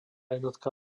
jednotka